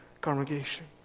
congregation